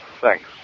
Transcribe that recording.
Thanks